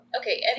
Okay